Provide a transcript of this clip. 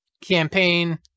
campaign